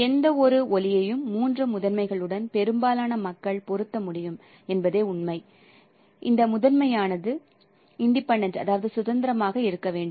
எந்தவொரு ஒளியையும் மூன்று முதன்மைகளுடன் பெரும்பாலான மக்கள் பொருத்த முடியும் என்பதே உண்மை இந்த முதன்மையானது சுதந்திரமான இருக்க வேண்டும்